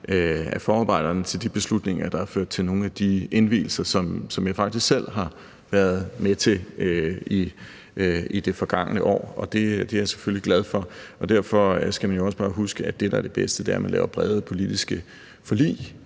af forarbejderne til de beslutninger, der har ført til nogle af de indvielser, som jeg faktisk selv har været med til i det forgangne år, og det er jeg selvfølgelig glad for. Derfor skal man også bare huske, at det, der er det bedste, er, at man laver brede politiske forlig